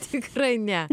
tikrai ne